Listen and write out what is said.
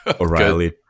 O'Reilly